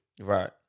Right